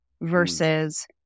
versus